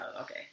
Okay